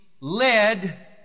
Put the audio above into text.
led